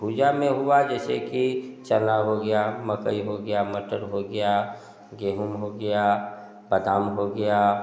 भुजा में हुआ जैसे कि चना हो गया मकई हो गया मटर हो गया गेहूँ हो गया बादाम हो गया